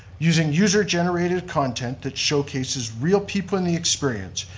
using user-generated content that showcases real people in the experience,